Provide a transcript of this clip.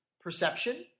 perception